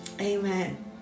amen